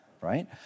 right